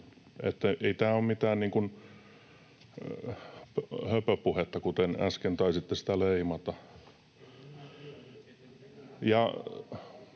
ei tämä ole mitään höpöpuhetta, kuten äsken taisitte sitä leimata.